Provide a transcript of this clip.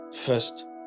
first